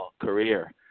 career